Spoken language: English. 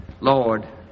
Lord